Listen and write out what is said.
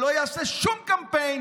שלא יעשה שום קמפיין.